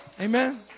Amen